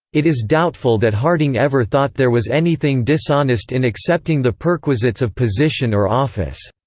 it is doubtful that harding ever thought there was anything dishonest in accepting the perquisites of position or office.